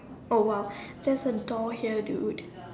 oh !wow! there's a door here dude